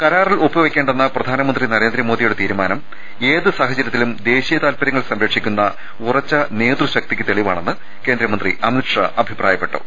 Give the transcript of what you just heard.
കരാറിൽ ഒപ്പുവെക്കേണ്ടെന്ന പ്രധാനമന്ത്രി നരേന്ദ്രമോദിയുടെ തീരുമാനം ഏത് സാഹചരൃത്തിലും ദേശീയ താൽപരൃങ്ങൾ സംര ക്ഷിക്കുന്ന ഉറച്ച നേതൃശക്തിക്ക് തെളിവാണെന്ന് കേന്ദ്രമന്ത്രി അമിത്ഷാ അഭിപ്രായപ്പെട്ടു